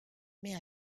mais